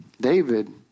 David